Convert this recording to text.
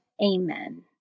Amen